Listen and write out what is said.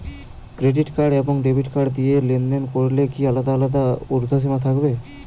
Credit card এবং debit card দিয়ে লেনদেন করলে কি আলাদা আলাদা ঊর্ধ্বসীমা থাকবে?